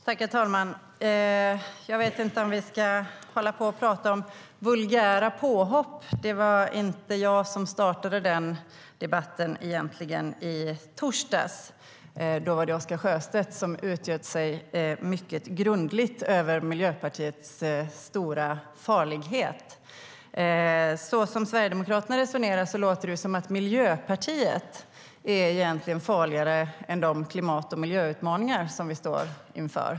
Herr talman! Jag vet inte om vi ska tala om vulgära påhopp. Det var inte jag som startade den debatten i torsdags. Då var det Oscar Sjöstedt som grundligt utgöt sig över Miljöpartiets stora farlighet. Så som Sverigedemokraterna resonerar låter det som att Miljöpartiet egentligen är farligare än de klimat och miljöutmaningar som vi står inför.